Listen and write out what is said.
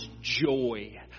joy